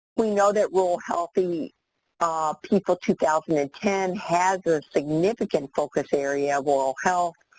we know that rural healthy ah people two thousand and ten has a significant focus area of oral health.